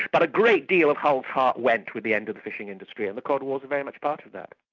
but a great deal of hull's heart went with the end of the fishing industry, and the cod wars are very much part of that.